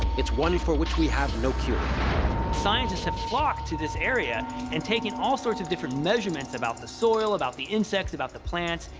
it's one for which we have no cure. kays scientists have flocked to this area and taken all sorts of different measurements about the soil, about the insects, about the plants.